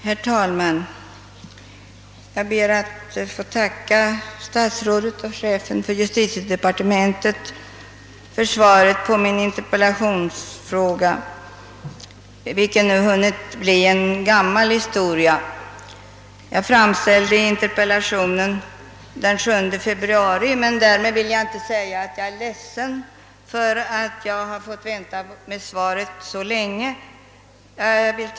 Herr talman! Jag ber att få tacka herr statsrådet och chefen för justitiedepartementet för svaret på min interpellation — som nu har hunnit bli en gammal historia; jag framställde interpellationen den 7 februari. Men därmed vill jag inte säga att jag är ledsen för att jag fått vänta så länge på svaret.